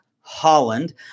Holland